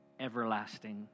everlasting